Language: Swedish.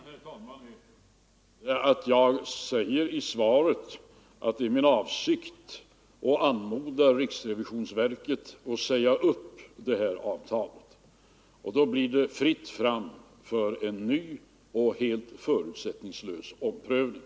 Det avgörande, herr talman, är att jag i svaret säger att det är min avsikt att anmoda riksrevisionsverket att säga upp avtalet. Då blir det fritt fram för en ny och helt förutsättningslös prövning.